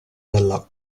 della